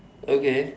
okay